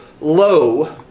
low